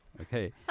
Okay